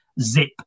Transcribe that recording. zip